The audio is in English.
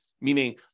meaning